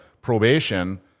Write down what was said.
probation –